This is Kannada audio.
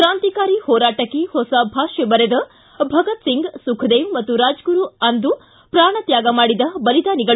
ಕ್ರಾಂತಿಕಾರಿ ಹೋರಾಟಕ್ಕೆ ಹೊಸ ಭಾಷ್ಟ ಬರೆದ ಭಗತ್ ಸಿಂಗ್ ಸುಖದೇವ್ ಮತ್ತು ರಾಜಗುರು ಅಂದು ಪ್ರಾಣತ್ಯಾಗ ಮಾಡಿದ ಬಲಿದಾನಿಗಳು